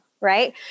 Right